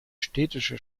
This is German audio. städtische